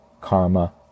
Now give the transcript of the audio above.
Karma